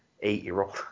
eight-year-old